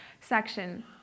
section